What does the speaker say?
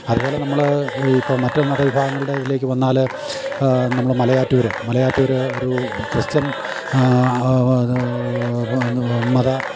അതുപോലെ നമ്മള് ഇപ്പോള് മറ്റു മത വിഭാഗങ്ങളുടെ ഇതിലേക്കു വന്നാല് നമ്മള് മലയാറ്റൂര് മലയാറ്റൂര് ഒരു ക്രിസ്ത്യൻ മത